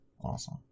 Awesome